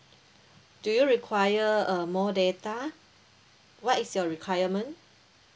do you require uh more data what is your requirement